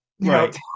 right